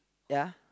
ya